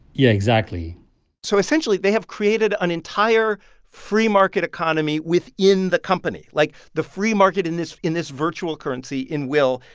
yeah, exactly so essentially, they have created an entire free market economy within the company. like, the free market in this in this virtual currency, in will,